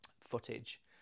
footage